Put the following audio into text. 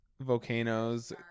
Volcanoes